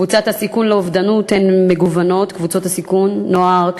קבוצות הסיכון לאובדנות הן מגוונות: נוער,